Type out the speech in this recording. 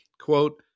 Quote